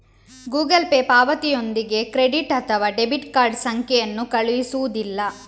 Google Pay ಪಾವತಿಯೊಂದಿಗೆ credit ಅಥವಾ debit card ಸಂಖ್ಯೆಯನ್ನು ಕಳುಹಿಸುವುದಿಲ್ಲ